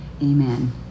amen